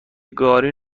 گاری